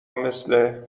مثل